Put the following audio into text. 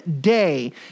day